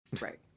Right